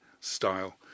style